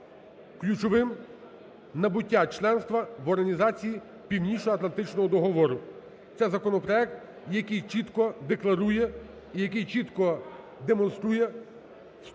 ключовим набуття членства в Організації Північно-Атлантичного договору, це законопроект, який чітко декларує і який чітко демонструє